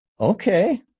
Okay